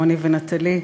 רוני ונטלי.